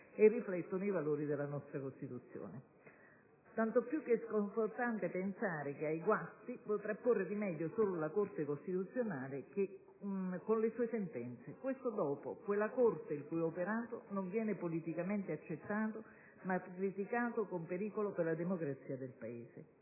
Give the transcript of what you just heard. e riflettono i valori della nostra Costituzione. Tanto più che è sconfortante pensare che ai guasti potrà porre rimedio solo la Corte costituzionale, dopo, con le sue sentenze. Quella Corte il cui operato non viene politicamente accettato, ma criticato con pericolo per la democrazia nel Paese.